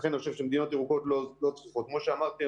לכן אני חושב שמדינות ירוקות --- כמו שאמרתי,